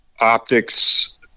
optics